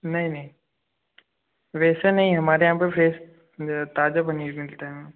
नहीं नहीं वैसा नहीं हमारे यहाँ पर फ्रेस ताज़ा पनीर मिलता है मैम